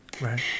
Right